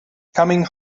coming